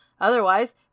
Otherwise